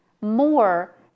more